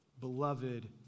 beloved